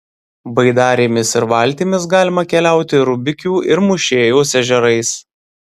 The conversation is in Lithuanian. baidarėmis ir valtimis galima keliauti rubikių ir mūšėjaus ežerais